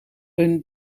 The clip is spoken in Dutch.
hun